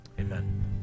Amen